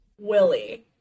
Willie